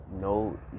No